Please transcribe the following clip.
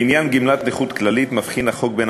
לעניין גמלת נכות כללית מבחין החוק בין